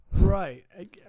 Right